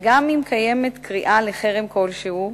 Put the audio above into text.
וגם אם קיימת קריאה לחרם כלשהו,